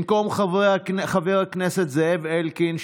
במקום חבר הכנסת זאב אלקין,